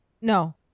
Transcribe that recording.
No